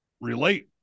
relate